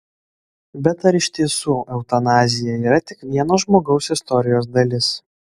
bet ar iš tiesų eutanazija yra tik vieno žmogaus istorijos dalis